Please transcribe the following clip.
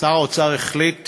שר האוצר החליט